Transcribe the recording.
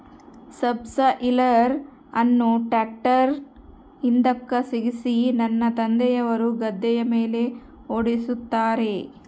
subsoiler ಅನ್ನು ಟ್ರ್ಯಾಕ್ಟರ್ನ ಹಿಂದುಕ ಸಿಕ್ಕಿಸಿ ನನ್ನ ತಂದೆಯವರು ಗದ್ದೆಯ ಮೇಲೆ ಓಡಿಸುತ್ತಾರೆ